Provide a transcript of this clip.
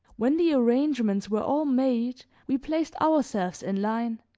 when the arrangements were all made we placed ourselves in line,